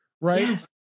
right